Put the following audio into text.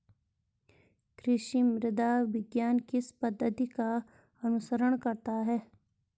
कृषि मृदा विज्ञान किस पद्धति का अनुसरण करता है?